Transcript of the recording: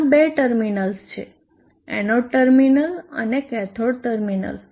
તેનાં બે ટર્મિનલ્સ છે એનોડ ટર્મિનલ અને કેથોડ ટર્મિનલ